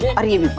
are you